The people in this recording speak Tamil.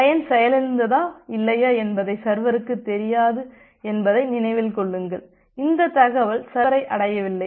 கிளையன்ட் செயலிழந்ததா இல்லையா என்பது சர்வருக்கு தெரியாது என்பதை நினைவில் கொள்ளுங்கள் அந்த தகவல் சர்வரை அடையவில்லை